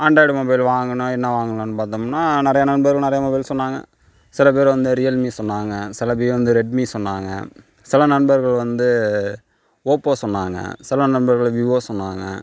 Android mobile வாங்கினா என்ன வாங்கலான்னு பார்த்தம்னா நிறைய நண்பர்கள் நிறைய மொபைல் சொன்னாங்க சில பேர் வந்து ரியல்மீ சொன்னாங்க சில பேர் வந்து ரெட்மீ சொன்னாங்க சில நண்பர்கள் வந்து ஓப்போ சொன்னாங்க சில நண்பர்கள் விவோ சொன்னாங்க